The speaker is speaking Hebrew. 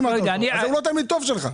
אז הוא לא תלמיד טוב שלך.